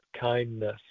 kindness